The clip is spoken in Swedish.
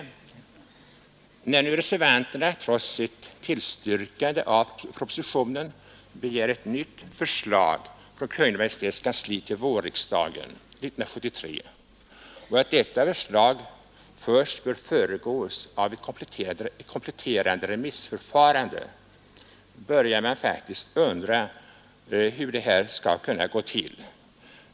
När Nr 126 reservanterna trots sitt tillstyrkande av propositionen begär ett nytt Onsdagen den förslag från Kungl. Maj:ts kansli till vårriksdagens 1973 samt att detta 29 november 1972 förslag bör föregås av ett kompletterande remissförfarande, så börjar man —- faktiskt undra hur det skall kunna gå till.